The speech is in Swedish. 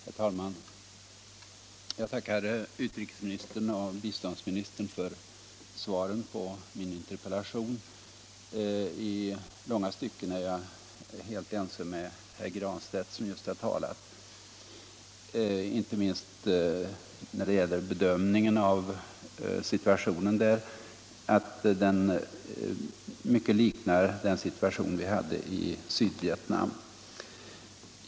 Herr talman! Jag tackar utrikesministern och biståndsministern för svaren på min interpellation. Jag är i långa stycken helt överens med herr Granstedt som just talat, inte minst när det gäller bedömningen att situationen i Angola mycket liknar den situation vi hade i Sydvietnam.